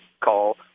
call